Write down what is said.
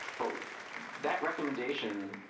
but that recommendation,